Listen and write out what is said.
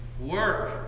work